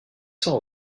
s’en